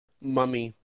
Mummy